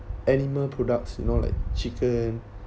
animal products you know like chicken